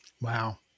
Wow